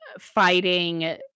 fighting